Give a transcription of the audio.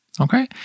okay